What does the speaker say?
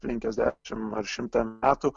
penkiasdešim ar šimtą metų